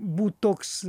būt toks